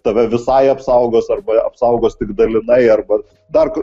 tave visai apsaugos arba apsaugos tik dalinai arba dar